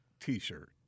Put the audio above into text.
t-shirt